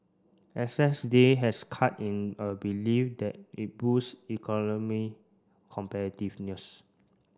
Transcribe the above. excess day has cut in a belief that it boost economy competitiveness